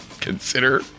consider